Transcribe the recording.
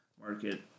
market